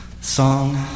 song